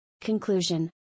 conclusion